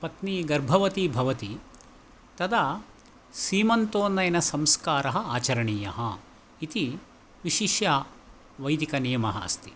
पत्नी गर्भवती भवति तदा सीमन्तोन्नयनसंस्कारः आचरणीयः इति विशिष्य वैदिकनियमः अस्ति